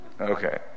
Okay